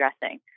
dressing